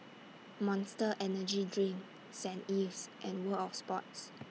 Monster Energy Drink Saint Ives and World of Sports